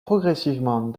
progressivement